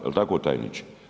Jel' tako tajniče?